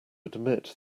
admit